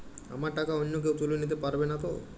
আমার টাকা অন্য কেউ তুলে নিতে পারবে নাতো?